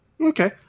Okay